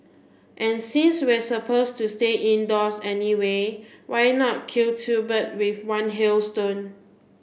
and since we supposed to stay indoors anyway why not kill two bird with one hailstone